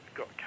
got